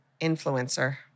Influencer